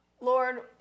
Lord